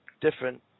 different